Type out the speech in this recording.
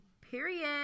Period